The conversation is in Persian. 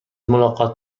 ملاقات